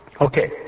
Okay